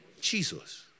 Jesus